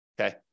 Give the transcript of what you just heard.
okay